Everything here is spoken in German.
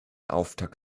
auftakt